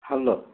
hello